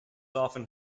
often